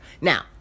Now